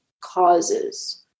causes